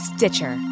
Stitcher